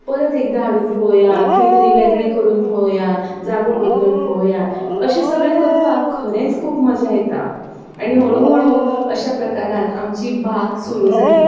परत एकदां हाडून पळोवया कितें तरी वेगळें करून पळोवया जागो बदलून पळोवया अशें सगळें करपाक खरेंच खूब मजा येता आनी हळू हळू अश्या प्रकारान आमची भाग सुरू जाली